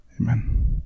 amen